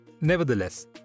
Nevertheless